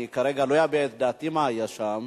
אני כרגע לא אביע את דעתי מה היה שם.